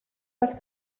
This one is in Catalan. per